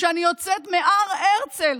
שאני יוצאת מהר הרצל,